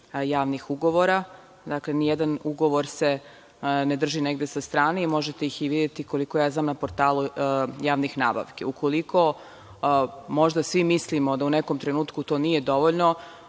javnih ugovora. Dakle, nijedan ugovor se ne drži negde sa strane i možete ih videti, koliko ja znam, na portalu javnih nabavki. Ukoliko možda svi mislimo da u nekom trenutku to nije dovoljno,